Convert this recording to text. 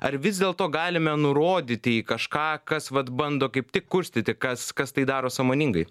ar vis dėlto galime nurodyti į kažką kas vat bando kaip tik kurstyti kas kas tai daro sąmoningai